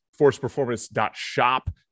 forceperformance.shop